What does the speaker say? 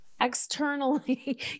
externally